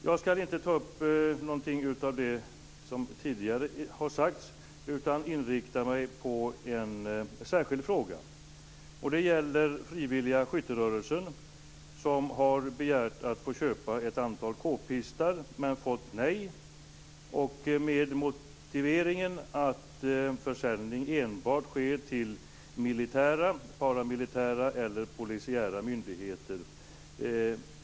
Jag ska inte ta upp något av det som tidigare har sagts utan inriktar mig på en särskild fråga. Det gäller Frivilliga Skytterörelsen som har begärt att få köpa ett antal k-pistar men fått nej med motiveringen att försäljning enbart sker till militära, paramilitära eller polisiära myndigheter.